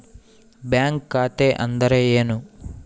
Bank ಖಾತೆ ಅಂದರೆ ಏನು?